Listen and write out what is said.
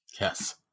Yes